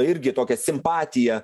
irgi tokią simpatiją